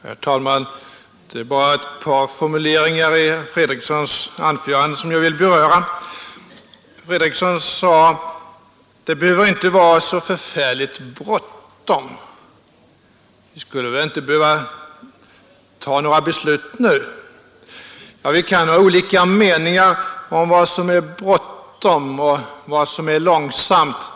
Herr talman! Det är bara ett par formuleringar i herr Fredrikssons anförande som jag vill beröra. Herr Fredriksson sade att ”det behöver inte vara så förfärligt bråttom”, vi behöver väl inte ta några beslut nu. Vi kan ha olika meningar om vad som är bråttom och vad som är långsamt.